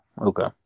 okay